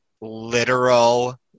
literal